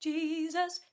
Jesus